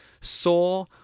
Saw